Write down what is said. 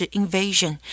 invasion